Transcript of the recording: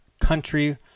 country